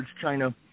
China